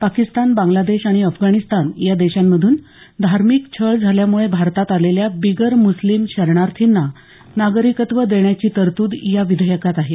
पाकिस्तान बांगलादेश आणि अफगाणिस्तान या देशांमधून धार्मिक छळ झाल्यामुळे भारतात आलेल्या बिगर मुस्लीम शरणार्थींना नागरिकत्व देण्याची तरतूद या विधेयकात आहे